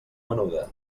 menuda